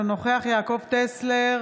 אינו נוכח יעקב טסלר,